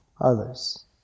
others